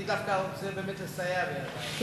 אני דווקא רוצה באמת לסייע בידייך.